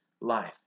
life